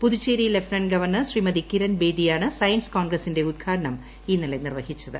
Puducherry lieutenant governor Shrimati പ്രകിരുൺ ബേദിയാണ് science കോൺഗ്രസ്സിന്റെ ഉദ്ഘാടനം ഇന്ന്ലെ നിർവഹിച്ചത്